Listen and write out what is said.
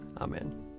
Amen